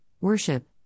worship